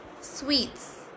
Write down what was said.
Sweets